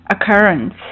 occurrence